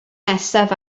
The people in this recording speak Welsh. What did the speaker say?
nesaf